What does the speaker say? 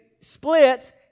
split